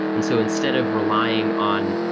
and so instead of relying on,